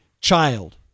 child